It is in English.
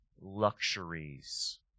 luxuries